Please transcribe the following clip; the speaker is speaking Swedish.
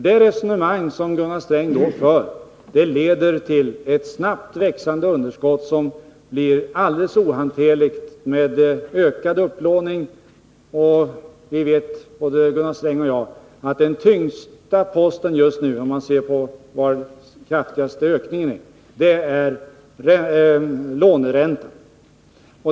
Det resonemang som Gunnar Sträng för leder till ett snabbt växande underskott, som blir alldeles ohanterligt med ökad upplåning. Både Gunnar Sträng och jag vet att den tyngsta posten i budgeten just nu, om man utgår från vilken post som har den kraftigaste ökningen, är låneräntan.